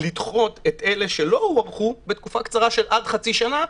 ולדחות את אלה שלא הוארכו בתקופה קצרה של עד חצי שנה.